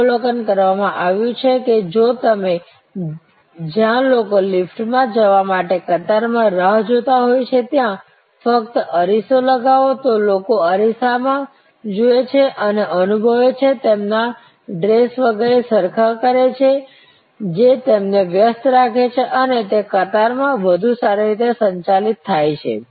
એવું અવલોકન કરવામાં આવ્યું છે કે જો તમે જ્યાં લોકો લિફ્ટમાં જવા માટે કતારમાં રાહ જોતા હોય છે ત્યાં ફકત અરીસો લગાવો તો લોકો અરીસામાં જુએ છે અને અનુભવે છે તેમના ડ્રેસ વગેરે સરખા કરે છે જે તેમને વ્યસ્ત રાખે છે અને તે કતાર વધુ સારી રીતે સંચાલિત થાય છે